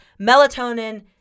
melatonin